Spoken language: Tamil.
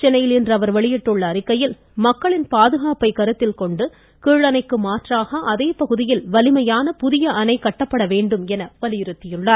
சென்னையில் இன்று அவர் வெளியிட்டுள்ள அறிக்கையில் மக்களின் பாதுகாப்பை கருத்தில் கொண்டு கீழணைக்கு மாற்றாக அதே பகுதியில் வலிமையான புதிய அணை கட்டப்பட வேண்டும் என்றும் வலியுறுத்தியுள்ளார்